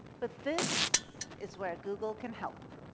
but this is where google can help.